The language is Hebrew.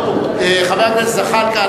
חבר הכנסת יצחק וקנין,